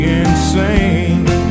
insane